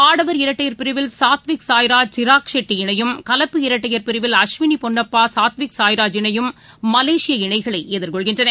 ஆடவர் இரட்டையர் பிரிவில் சாத்விக் சாய்ராஜ் ஷிராக் ஷெட்டி இணையும் கலப்பு இரட்டையர் பிரிவில் அஸ்வினிபொன்னப்பா சாத்விக் சாய்ராஜ் இணைமலேசிய இணைகளையும் எதிர்கொள்கின்றன